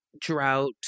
drought